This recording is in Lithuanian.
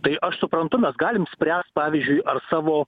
tai aš suprantu mes galim spręst pavyzdžiui ar savo